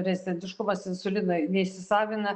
rezitentiškumas insulinui neįsisavina